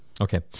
Okay